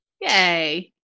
Yay